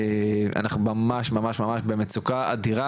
אנחנו ממש ממש במצוקה אדירה,